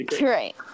Right